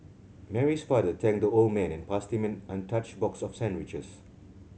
Mary's father thanked the old man and passed him an untouched box of sandwiches